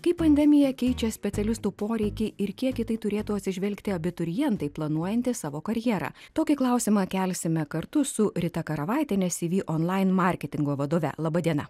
kaip pandemija keičia specialistų poreikį ir kiek į tai turėtų atsižvelgti abiturientai planuojantys savo karjerą tokį klausimą kelsime kartu su rita karavaitiene cv onlain marketingo vadove laba diena